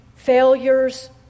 failures